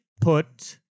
put